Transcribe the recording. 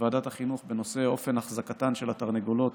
בוועדת החינוך בנושא אופן החזקתן של התרנגולות